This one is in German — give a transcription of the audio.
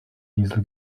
diesel